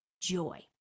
joy